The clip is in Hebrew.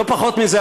לא פחות מזה,